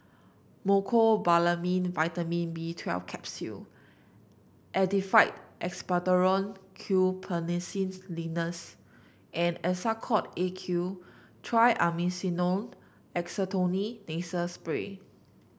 Mecobalamin Vitamin B Twelve Capsule Actified Expectorant Guaiphenesin Linctus and Nasacort A Q Triamcinolone Acetonide Nasal Spray